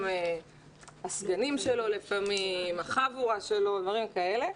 הם הסגנים שלו לפעמים, החבורה שלו, דברים כאלה.